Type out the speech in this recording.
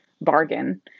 bargain